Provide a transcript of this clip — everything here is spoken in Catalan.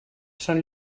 són